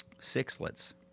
sixlets